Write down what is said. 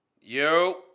yo